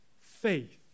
faith